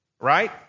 right